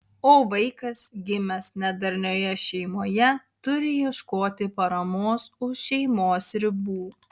o vaikas gimęs nedarnioje šeimoje turi ieškoti paramos už šeimos ribų